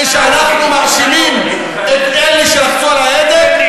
כשאנחנו מאשימים את אלה שלחצו על ההדק,